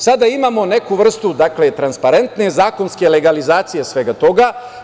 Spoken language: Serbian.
Sada imamo neku vrstu transparentne zakonske legalizacije svega toga.